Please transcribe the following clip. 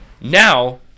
now